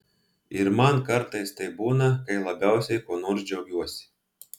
ir man kartais taip būna kai labiausiai kuo nors džiaugiuosi